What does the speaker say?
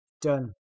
done